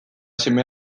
seme